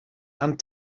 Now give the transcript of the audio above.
and